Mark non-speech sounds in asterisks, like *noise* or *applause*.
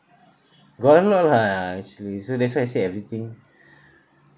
got a lot lah actually so that's why I say everything *breath*